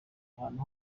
ahantu